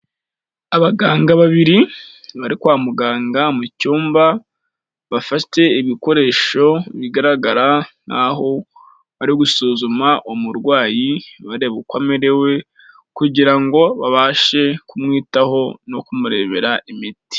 Abaganga babiri bari kwa muganga mu cyumba, bafashe ibikoresho bigaragara nkaho bari gusuzuma umurwayi, bareba uko amerewe kugira ngo babashe kumwitaho no kumurebera imiti.